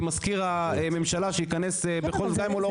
עם מזכיר הממשלה שייכנס גם אם הוא לא רוצה,